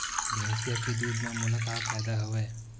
भैंसिया के दूध म मोला का फ़ायदा हवय?